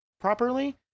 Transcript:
properly